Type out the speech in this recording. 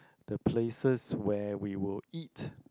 the places where we will eat